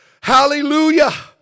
hallelujah